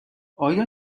آیا